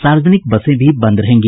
सार्वजनिक बसें भी बंद रहेंगी